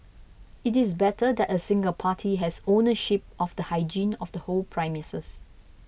it is better that a single party has ownership of the hygiene of the whole premises